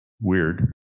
weird